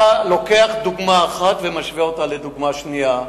אתה לוקח דוגמה אחת ומשווה אותה לדוגמה שנייה.